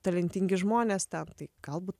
talentingi žmonės ten tai galbūt